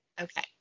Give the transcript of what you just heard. Okay